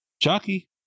Chucky